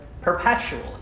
perpetually